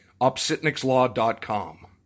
OpsitniksLaw.com